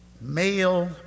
male